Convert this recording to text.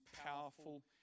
powerful